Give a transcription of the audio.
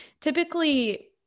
typically